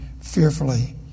fearfully